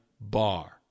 bar